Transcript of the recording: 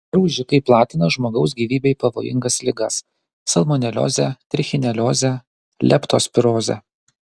graužikai platina žmogaus gyvybei pavojingas ligas salmoneliozę trichineliozę leptospirozę